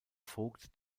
vogt